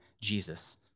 Jesus